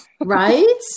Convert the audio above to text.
Right